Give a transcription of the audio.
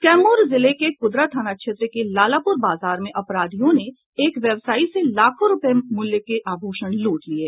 कैमूर जिले के कुदरा थाना क्षेत्र के लालापुर बाजार में अपराधियों ने एक व्यवसायी से लाखो रूपये के आभूषण लूट लिये